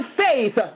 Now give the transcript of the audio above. faith